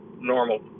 normal